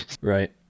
Right